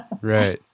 Right